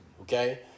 okay